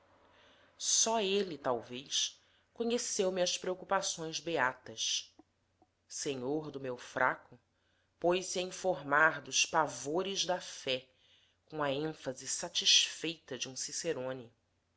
só ele talvez conheceu-me as preocupações beatas senhor do meu fraco pôs-se a informar dos pavores da fé com a ênfase satisfeita de um cicerone